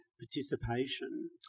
participation